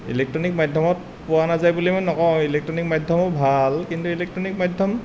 electronic মাধ্যমত পোৱা নাযায় বুলি মই নকওঁ ইলেক্ট্ৰণিক মাধ্যমো ভাল কিন্তু ইলেক্ট্ৰণিক মাধ্যম